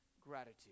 gratitude